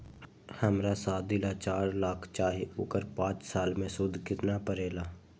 हमरा शादी ला चार लाख चाहि उकर पाँच साल मे सूद कितना परेला?